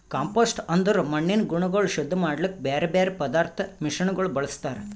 compost ಅಂದುರ್ ಮಣ್ಣಿನ ಗುಣಗೊಳ್ ಶುದ್ಧ ಮಾಡ್ಲುಕ್ ಬ್ಯಾರೆ ಬ್ಯಾರೆ ಪದಾರ್ಥದ್ ಮಿಶ್ರಣಗೊಳ್ ಬಳ್ಸತಾರ್